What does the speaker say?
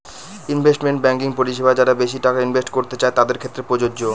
investment banking পরিষেবা যারা বেশি টাকা ইনভেস্ট করতে চাই তাদের ক্ষেত্রে প্রযোজ্য